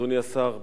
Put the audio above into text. אדוני השר,